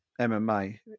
MMA